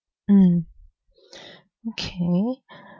mm okay